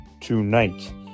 tonight